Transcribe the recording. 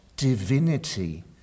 divinity